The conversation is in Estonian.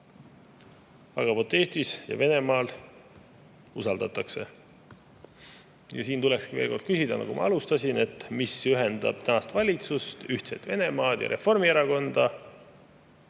Aga vot Eestis ja Venemaal seda usaldatakse. Siin tuleks veel kord küsida, nagu ma alustasin, mis ühendab tänast valitsust, Ühtset Venemaad ja Reformierakonda.